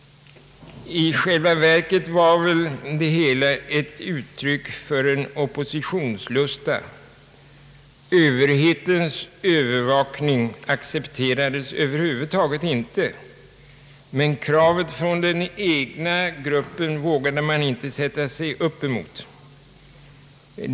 I själva verket var väl det hela ett uttryck för en oppositionslusta. Överhetens övervakning accepterades över huvud taget inte, men kravet från den egna gruppen vågade man inte sätta sig upp emot.